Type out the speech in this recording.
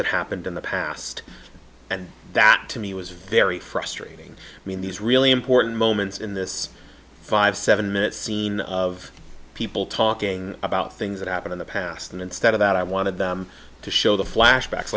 that happened in the past and that to me was very frustrating i mean these really important moments in this five seven minute scene of people talking about things that happened in the past and instead of that i wanted them to show the flashbacks